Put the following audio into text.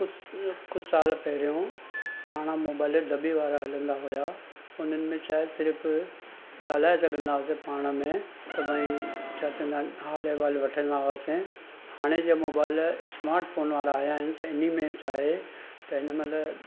कुछु कुझु साल पहिरियों पुराणा मोबाइल दॿे वारा हलंदा हुआ हुननि में छा आए सिर्फ़ ॻाल्हाए सघंदा हुआसीं पाण में त भाई छा चवंदा आहिनि हालु अहिवालु वठंदा हुआसीं हाणे जे मोबाइल स्माटफोन वारा आहियां आहिनि त इन में छा आहे त हिन महिल